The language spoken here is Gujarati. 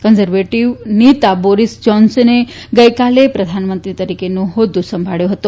કન્ઝર્વેટીવ નેતા બોરીસ જાન્સને ગઈકાલે પ્રધાનમંત્રી તરીકેનો હોદ્દો સંભાળ્યો હતો